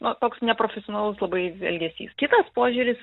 na toks neprofesionalus labai elgesys kitas požiūris